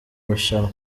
rushanwa